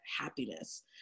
happiness